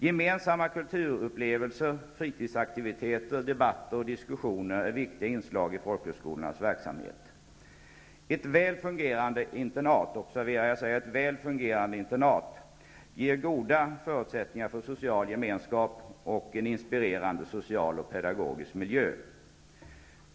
Gemensamma kulturupplevelser, fritidsaktiviteter, debatter och diskussioner är viktiga inslag i folkhögskolornas verksamhet. Ett väl fungerande internat -- observera detta -- ger goda förutsättningar för social gemenskap och en inspirerande social och pedagogisk miljö.